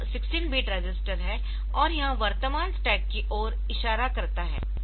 यह 16 bit register है और यह वर्तमान स्टैक की ओर इशारा करता है